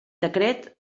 decret